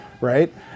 right